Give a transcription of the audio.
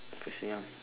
facing up